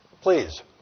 please